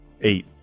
Eight